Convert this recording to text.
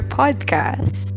podcast